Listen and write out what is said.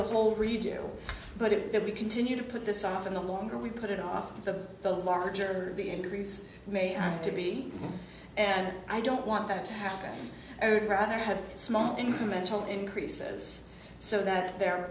the whole read you put it that we continue to put this off and the longer we put it off the the larger the increase may have to be and i don't want that to happen i would rather have small incremental increases so that they're